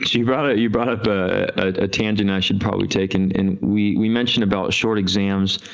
you brought you brought up a tangent i should probably take, and and we we mentioned about short exams,